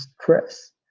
stress